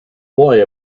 boy